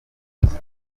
nizzo